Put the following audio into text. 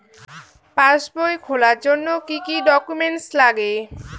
পাসবই খোলার জন্য কি কি ডকুমেন্টস লাগে?